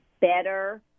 better